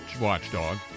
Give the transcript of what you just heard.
watchdog